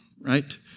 right